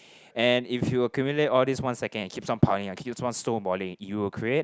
and if you accumulate all these one second it keeps on piling keeps on snowballing it will create